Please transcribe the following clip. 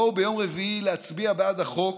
בואו ביום רביעי להצביע בעד החוק,